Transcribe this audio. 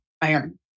iron